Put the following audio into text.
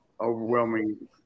overwhelming